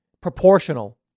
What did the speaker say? proportional